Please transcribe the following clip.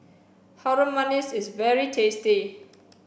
Harum Manis is very tasty